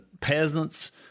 peasants